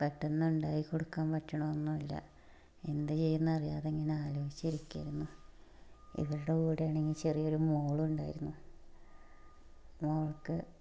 പെട്ടെന്ന് ഉണ്ടാക്കി കൊടുക്കാൻ പറ്റണ ഒന്നുമില്ല എന്ത് ചെയ്യുമെന്നറിയാതെ ഇങ്ങനെ ആലോചിച്ചിരിക്കുകയായിരുന്നു ഇവരുടെ കൂടെയാണെങ്കിൽ ചെറിയൊരു മോളും ഉണ്ടായിരുന്നു മോൾക്ക്